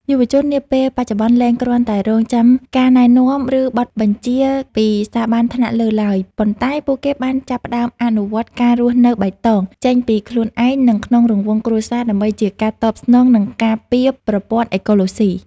យុវជននាពេលបច្ចុប្បន្នលែងគ្រាន់តែរង់ចាំការណែនាំ ឬបទបញ្ជាពីស្ថាប័នថ្នាក់លើឡើយ ប៉ុន្តែពួកគេបានចាប់ផ្តើមអនុវត្ត ការរស់នៅបៃតង ចេញពីខ្លួនឯង និងក្នុងរង្វង់គ្រួសារ ដើម្បីជាការតបស្នង និងការពារប្រព័ន្ធអេកូឡូស៊ី។